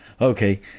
Okay